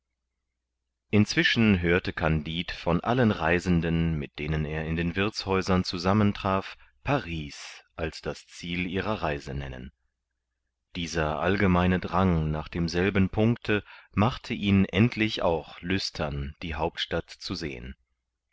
inzwischen hörte kandid von allen reisenden mit denen er in den wirthshäusern zusammentraf paris als das ziel ihrer reise nennen dieser allgemeine drang nach demselben punkte machte ihn endlich auch lüstern die hauptstadt zu sehen